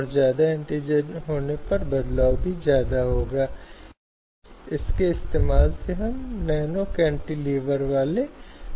यदि उस के लिए विशिष्ट संदर्भ है तो यौन उत्पीड़न के इस दायरे में केवल उत्पीड़न आता है